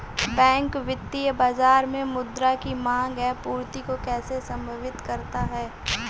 Bank वित्तीय बाजार में मुद्रा की माँग एवं पूर्ति को कैसे समन्वित करता है?